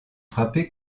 frappées